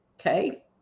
Okay